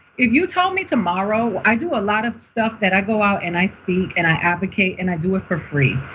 if you told me tomorrow, i do a lot of stuff that i go out and i speak and i advocate and i do it for free.